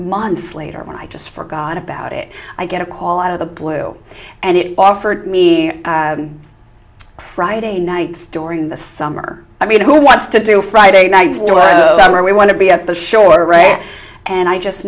months later when i just forgot about it i get a call out of the blue and it offered me friday night storing the summer i mean who wants to do friday nights where we want to be at the shore right and i just